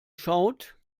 schaut